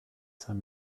cinq